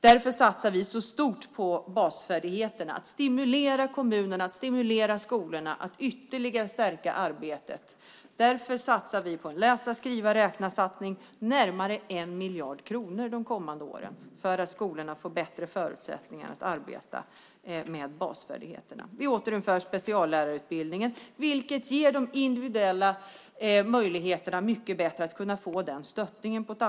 Därför satsar vi så stort på basfärdigheterna och på att stimulera kommunerna och skolorna att ytterligare stärka arbetet. Därför satsar vi närmare 1 miljard kronor de kommande åren på en läsa-, skriva och räknasatsning för att skolorna ska få bättre förutsättningar att arbeta med basfärdigheterna. Vi återinför speciallärarutbildningen. Det ger individuella möjligheter att få stöttning på ett helt annat sätt.